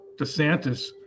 DeSantis